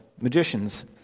magicians